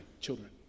children